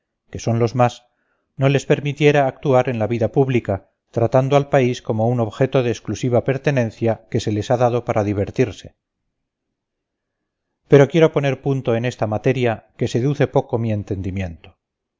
que son los más no les permitiera actuar en la vida pública tratando al país como un objeto de exclusiva pertenencia que se les ha dado para divertirse pero quiero poner punto en esta materia que seduce poco mi entendimiento